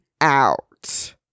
out